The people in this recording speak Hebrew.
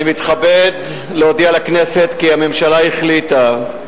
אני מתכבד להודיע לכנסת כי הממשלה החליטה,